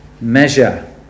measure